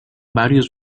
varios